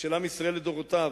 של עם ישראל לדורותיו.